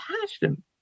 passion